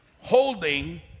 holding